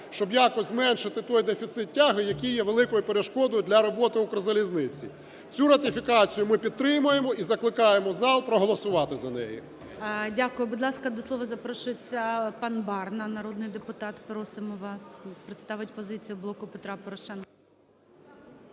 щоб якось зменшити той дефіцит тяги, який є великою перешкодою для роботи "Укрзалізниці". Цю ратифікацію ми підтримуємо і закликаємо зал проголосувати за неї. ГОЛОВУЮЧИЙ. Дякую. Будь ласка, до слова запрошується пан Барна, народний депутат, просимо вас представити позицію "Блоку Петра Порошенка".